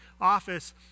office